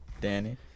Danny